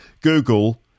Google